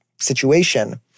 situation